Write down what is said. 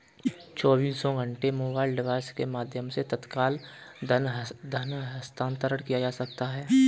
चौबीसों घंटे mobile device के माध्यम से तत्काल धन हस्तांतरण किया जा सकता है